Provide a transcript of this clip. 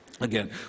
again